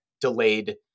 delayed